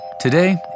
Today